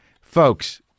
folks